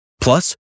Plus